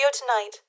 tonight